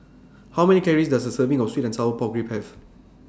How Many Calories Does A Serving of Sweet and Sour Pork Ribs Have